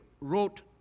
wrote